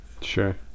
sure